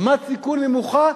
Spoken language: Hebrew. רמת סיכון נמוכה,